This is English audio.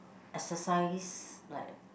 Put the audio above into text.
exercise like